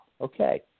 Okay